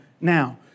Now